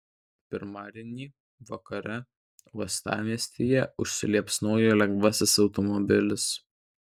pirmadienį vakare uostamiestyje užsiliepsnojo lengvasis automobilis